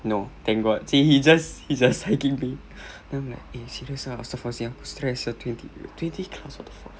no thank god he he just he just then I'm like eh serious ah aku stress sia twenty twenty class what the fuck